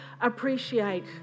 appreciate